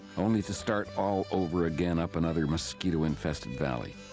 only to start all over again up another mosquito-infested valley.